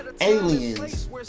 aliens